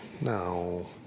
No